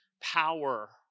power